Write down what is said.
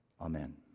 Amen